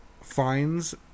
finds